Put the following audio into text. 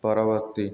ପରବର୍ତ୍ତୀ